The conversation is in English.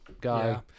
guy